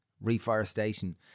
Reforestation